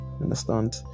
understand